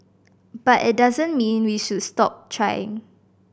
but it doesn't mean we should stop trying